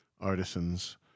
artisans